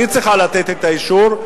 שהיא צריכה לתת את האישור,